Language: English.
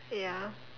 ya